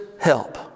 help